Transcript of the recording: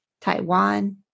Taiwan